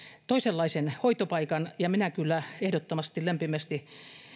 toisenlaisen hoitopaikan ja minä kyllä ehdottomasti lämpimästi